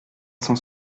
cent